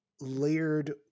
layered